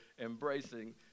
embracing